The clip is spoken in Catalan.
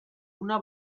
una